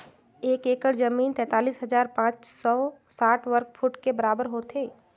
एक एकड़ जमीन तैंतालीस हजार पांच सौ साठ वर्ग फुट के बराबर होथे